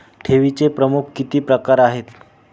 ठेवीचे प्रमुख किती प्रकार आहेत?